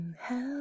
help